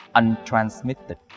untransmitted